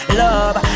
love